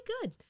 good